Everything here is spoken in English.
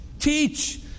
teach